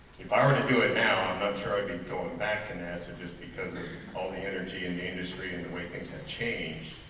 if i were to do it now i'm not sure i'd be going back to nasa just because there's all the energy in the industry and the way things have changed